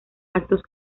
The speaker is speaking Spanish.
actos